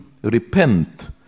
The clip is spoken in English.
Repent